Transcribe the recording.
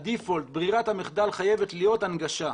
הדיפולט, ברירת המחדל חייבת להיות הנגשה.